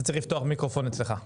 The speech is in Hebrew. בבקשה.